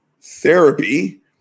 therapy